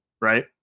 right